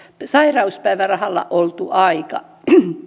sairauspäivärahalla oltu aika